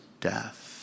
death